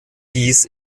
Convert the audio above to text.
dies